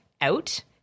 out-